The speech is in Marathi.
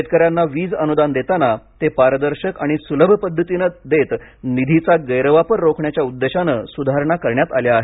शेतकऱ्यांना वीज अनुदान देताना ते पारदर्शक आणि सुलभ पद्धतीनं देत निधीचा गैरवापर रोखण्याच्या उद्देशाने सुधारणा करण्यात आल्या आहेत